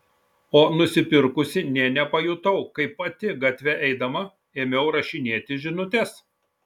o nusipirkusi nė nepajutau kaip pati gatve eidama ėmiau rašinėti žinutes